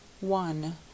one